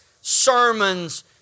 sermons